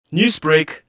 Newsbreak